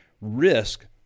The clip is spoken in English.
risk